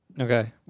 Okay